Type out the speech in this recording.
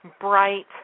bright